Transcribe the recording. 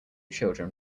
children